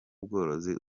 bworozi